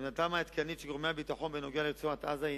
עמדתם העדכנית של גורמי הביטחון בנוגע לרצועת-עזה היא